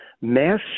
mass